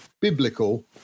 biblical